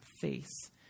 face